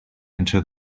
into